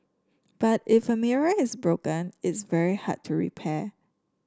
but if a mirror is broken it's very hard to repair